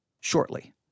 shortly